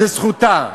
זו זכותה.